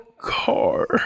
car